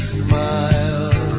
smile